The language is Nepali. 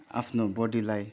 आफ्नो बडीलाई